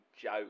joke